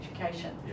education